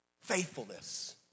Faithfulness